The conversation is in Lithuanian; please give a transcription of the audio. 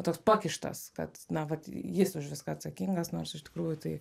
toks pakištas kad na vat jis už viską atsakingas nors iš tikrųjų tai